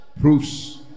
Proofs